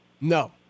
No